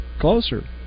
closer